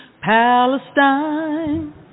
Palestine